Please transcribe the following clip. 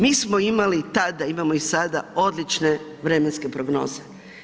Mi smo imali tada, imamo i sada odlične vremenske prognoze.